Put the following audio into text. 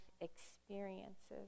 experiences